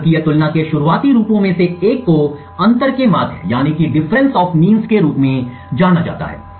सांख्यिकीय तुलना के शुरुआती रूपों में से एक को अंतर के माध्य के रूप में जाना जाता है